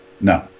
No